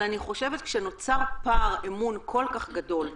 אבל כשנוצר פער אמון כל כך גדול,